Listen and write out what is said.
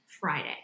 Friday